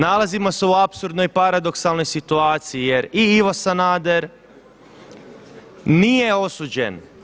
Nalazimo se u apsurdnoj paradoksalnoj situaciji jer i Ivo Sanader nije osuđen.